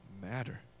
matter